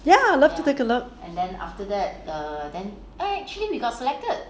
ya love to take a look